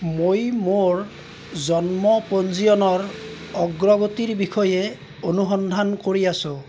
মই মোৰ জন্ম পঞ্জীয়নৰ অগ্ৰগতিৰ বিষয়ে অনুসন্ধান কৰি আছোঁ